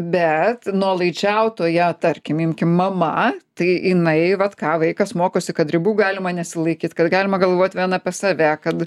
bet nuolaidžiautoja tarkim imkim mama tai jinai vat ką vaikas mokosi kad ribų galima nesilaikyt kad galima galvot vien apie save kad